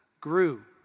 grew